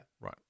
Right